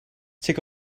take